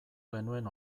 genuen